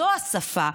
זו השפה.